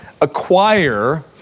acquire